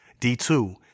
D2